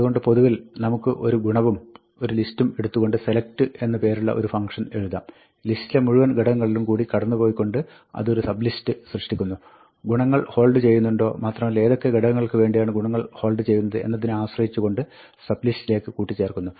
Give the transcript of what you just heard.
അതുകൊണ്ട് പൊതുവിൽ നമുക്ക് ഒരു ഗുണവും ഒരു ലിസ്റ്റും എടുത്തുകൊണ്ട് select എന്ന് പേരുള്ള ഒരു ഫംങ്ക്ഷൻ എഴുതാം ലിസ്റ്റിലെ മുഴുവൻ ഘടകങ്ങളിലും കൂടി കടന്നുപോയിക്കൊണ്ട് അത് ഒരു സബ് ലിസ്റ്റ് സൃഷ്ടിക്കുന്നു ഗുണങ്ങൾ ഹോൾഡ് ചെയ്യുന്നുണ്ടോ മാത്രമല്ല ഏതൊക്കെ ഘടകങ്ങൾക്ക് വേണ്ടിയാണ് ഗുണങ്ങൾ ഹോൾഡ് ചെയ്യുന്നത് എന്നതിനെ ആശ്രയിച്ചുകൊണ്ട് സബ് ലിസ്റ്റിലേക്ക് കൂട്ടിച്ചേർക്കുന്നു